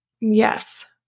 Yes